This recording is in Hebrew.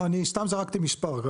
לא, אני סתם זרקתי מספר.